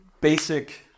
basic